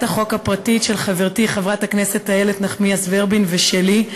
החוק הפרטית של חברתי חברת הכנסת איילת נחמיאס ורבין ושלי,